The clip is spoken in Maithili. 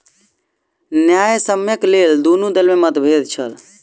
न्यायसम्यक लेल दुनू दल में मतभेद छल